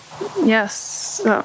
Yes